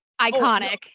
iconic